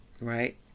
right